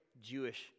Jewish